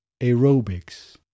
aerobics